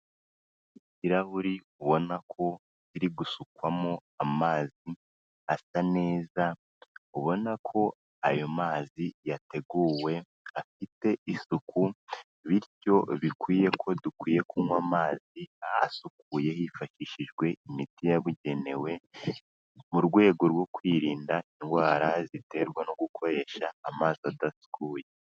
Ikirahuri ubona ko kiri gusukwamo amazi asa neza, ubona ko ayo mazi yateguwe, afite isuku bityo bikwiye ko dukwiye kunywa amazi asukuye hifashishijwe imiti yabugenewe mu rwego rwo kwirinda indwara ziterwa no gukoresha amazi adasukuye.